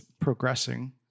progressing